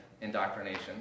indoctrination